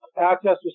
access